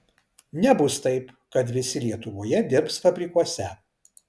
nebus taip kad visi lietuvoje dirbs fabrikuose